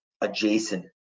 adjacent